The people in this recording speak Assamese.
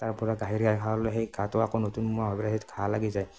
তাৰ পৰা গাখীৰ গাই খোৱা হ'লে সেই ঘাটো আকৌ নতুন মোৱা হয় সেই ঘা লাগি যায়